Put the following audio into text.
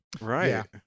Right